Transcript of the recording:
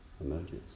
emerges